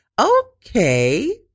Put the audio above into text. okay